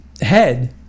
head